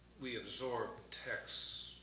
we absorb text,